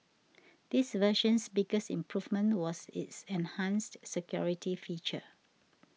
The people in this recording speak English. this version's biggest improvement was its enhanced security feature